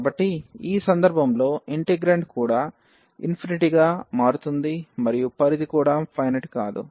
కాబట్టి ఈ సందర్భంలో ఇంటెగ్రాండ్ కూడా ∞ గా మారుతోంది మరియు పరిధి కూడా ఫైనెట్ కాదు